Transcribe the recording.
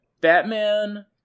batman